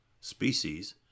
species